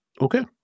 Okay